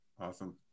awesome